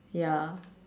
ya